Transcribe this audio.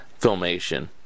filmation